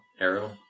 Arrow